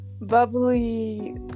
bubbly